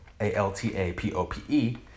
A-L-T-A-P-O-P-E